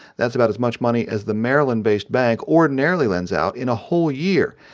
that's about as much money as the maryland-based bank ordinarily lends out in a whole year.